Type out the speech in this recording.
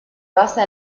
basa